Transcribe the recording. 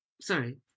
Sorry